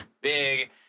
big